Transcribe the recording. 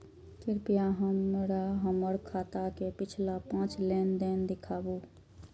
कृपया हमरा हमर खाता के पिछला पांच लेन देन दिखाबू